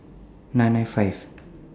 nine nine five